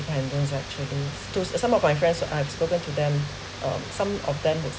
independence actually to to some of my friends I have spoken to them um some of them they